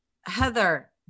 Heather